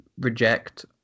reject